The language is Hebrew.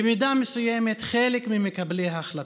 במידה מסוימת, חלק ממקבלי ההחלטות.